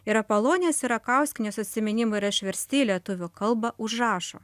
ir apolonijos sierakauskienės atsiminimai yra išversti į lietuvių kalbą užrašo